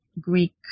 Greek